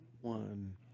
one